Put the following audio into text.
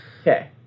Okay